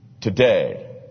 Today